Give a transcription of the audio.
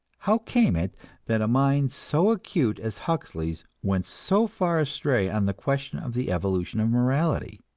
how came it that a mind so acute as huxley's went so far astray on the question of the evolution of morality?